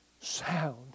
sound